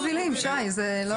שי, זה לא נכון.